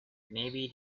maybe